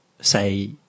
say